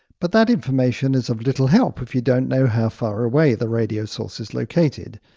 but that information is of little help if you don't know how far away the radio source is located.